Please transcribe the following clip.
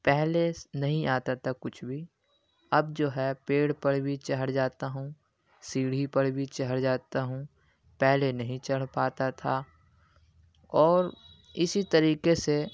پہلے نہیں آتا تھا کچھ بھی اب جو ہے پیڑ پر بھی چڑھ جاتا ہوں سیڑھی پر بھی چڑھ جاتا ہوں پہلے نہیں چڑھ پاتا تھا اور اسی طریقے سے